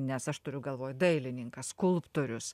nes aš turiu galvoj dailininkas skulptorius